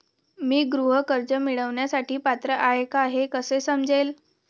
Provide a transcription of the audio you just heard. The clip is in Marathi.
मी गृह कर्ज मिळवण्यासाठी पात्र आहे का हे कसे समजेल?